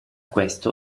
questo